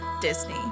Disney